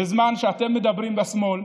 בזמן שאתם מדברים בשמאל,